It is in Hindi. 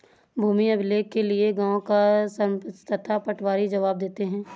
भूमि अभिलेख के लिए गांव का सरपंच तथा पटवारी जवाब देते हैं